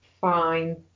fine